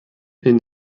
est